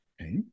Okay